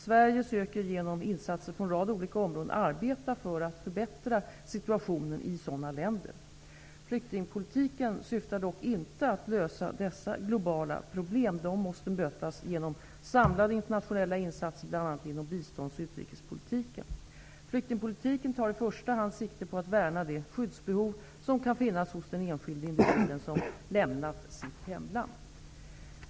Sverige söker genom insatser på en rad olika områden arbeta för att förbättra situationen i sådana länder. Flyktingpolitiken syftar dock inte till att lösa dessa globala problem. De måste mötas genom samlade internationella insatser bl.a. inom bistånds och utrikespolitiken. Flyktingpolitiken tar i första hand sikte på att värna det skyddsbehov som kan finnas hos den enskilde individ som lämnat sitt hemland.